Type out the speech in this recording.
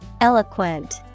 Eloquent